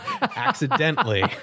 Accidentally